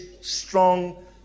strong